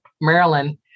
Maryland